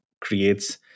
creates